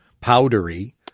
powdery